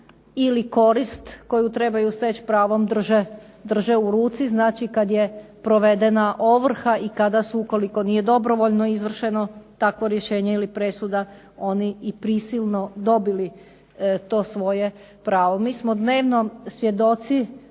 ili korist koju trebaju steći pravom drže u ruci. Znači, kada je provedena ovrha i kada su ukoliko nije dobrovoljno izvršeno takvo rješenje ili presuda oni i prisilno dobili to svoje pravo. Mi smo dnevno svjedoci